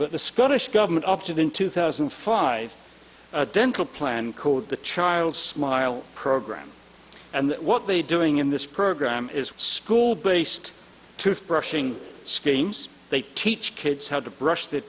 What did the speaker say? but the scottish government opted in two thousand and five a dental plan called the child smile program and what they doing in this program is school based toothbrushing schemes they teach kids how to brush their